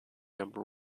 number